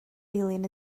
dilyn